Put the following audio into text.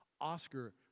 Oscar